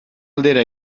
aldera